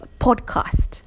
podcast